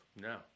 No